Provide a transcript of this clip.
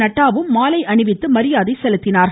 நட்டாவும் மாலை அணிவித்து மரியாதை செலுத்தினார்கள்